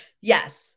Yes